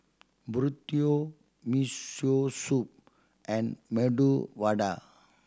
Burrito Miso Soup and Medu Vada